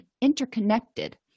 interconnected